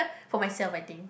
for myself I think